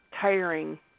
tiring